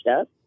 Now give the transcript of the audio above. up